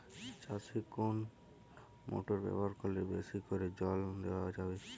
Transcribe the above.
চাষে কোন মোটর ব্যবহার করলে বেশী করে জল দেওয়া যাবে?